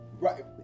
Right